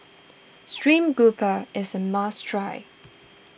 Stream Grouper is a must try